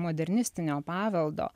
modernistinio paveldo